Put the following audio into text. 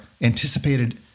anticipated